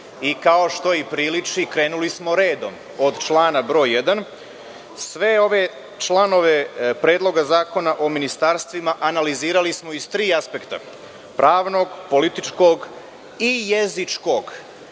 i, kao što i priliči, krenuli smo redom, od člana broj 1.Sve ove članove Predloga zakona o ministarstvima analizirali smo iz tri aspekta – pravnog, političkog i jezičkog. Naš